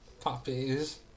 Puppies